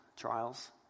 trials